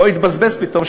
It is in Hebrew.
לא יתבזבז פתאום,